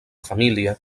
família